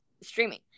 streaming